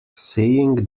seeing